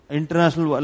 international